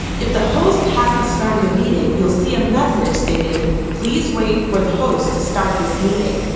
if the host hasn't started the meeting you'll see a message stating please wait for the host to start this meeting.